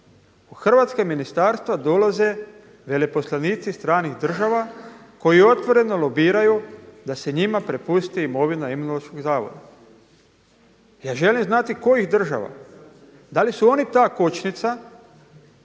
U hrvatska ministarstva dolaze veleposlanici stranih država koji otvoreno lobiraju da se njima prepusti imovina Imunološkog zavoda. Ja želim znati kojih država. Da li su oni ta kočnica